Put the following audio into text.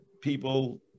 people